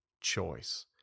choice